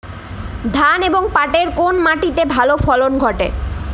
ধান এবং পাটের কোন মাটি তে ভালো ফলন ঘটে?